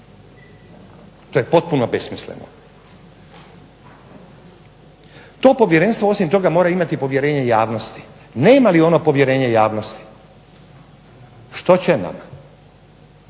To je potpuno besmisleno. To povjerenstvo osim toga mora imati povjerenje javnosti. Nema li ono povjerenje javnosti što će nam,